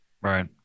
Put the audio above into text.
Right